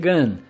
Gun